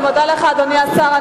אני מודה לך, אדוני השר.